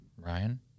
Ryan